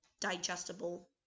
digestible